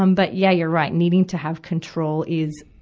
um but yeah, you're right, needing to have control is,